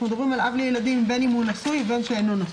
מדברים על אב לילדים בן שהוא נשוי ובן שלא נשוי.